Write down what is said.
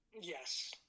Yes